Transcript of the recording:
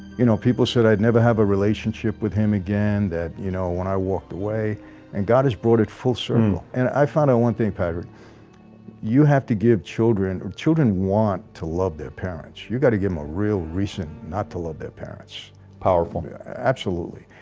you know people said i'd never have a relationship with him again that you know when i walked away and god has brought it full circle, and i found out one thing patrick you have to give children or children want to love their parents you got to give him a real recent not to love their parents powerful absolutely,